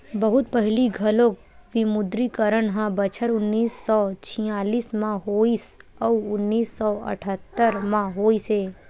बहुत पहिली घलोक विमुद्रीकरन ह बछर उन्नीस सौ छियालिस म होइस अउ उन्नीस सौ अठत्तर म होइस हे